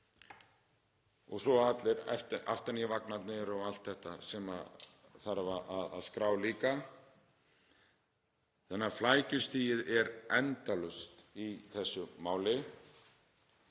Svo eru allir aftanívagnarnir og allt þetta sem þarf að skrá líka. Þannig að flækjustigið er endalaust í þessu máli.